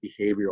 behavioral